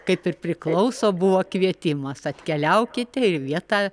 kaip ir priklauso buvo kvietimas atkeliaukite ir vietą